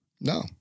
No